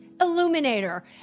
illuminator